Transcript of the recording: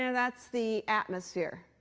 yeah that's the atmosphere.